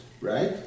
right